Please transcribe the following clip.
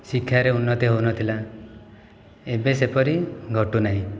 ଶିକ୍ଷାରେ ଉନ୍ନତି ହଉନଥିଲା ଏବେ ସେପରି ଘଟୁନାହିଁ